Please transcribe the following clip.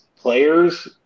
players